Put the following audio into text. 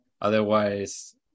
Otherwise